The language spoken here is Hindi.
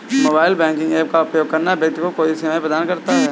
मोबाइल बैंकिंग ऐप का उपयोग करना व्यक्ति को कई सेवाएं प्रदान करता है